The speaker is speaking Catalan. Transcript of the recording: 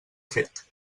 fet